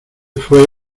fue